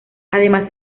además